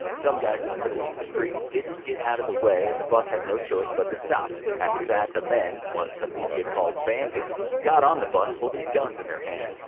some guys in the middle of the street didn't get out of the way and the bus had no choice but to stop. after that, the men what the media called bandits got on the bus holding guns in their hands.